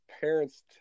parents